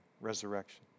resurrection